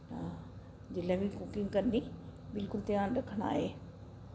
हां जिसलै बी कुकिंग करनी बिल्कुल ध्यान रक्खना एह्